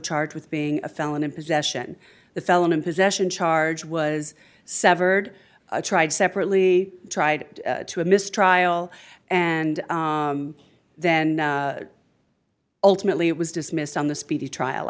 charged with being a felon in possession the felon in possession charge was severed tried separately tried to a mistrial and then ultimately it was dismissed on the speedy trial